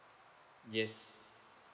yes